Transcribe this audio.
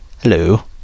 hello